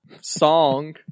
song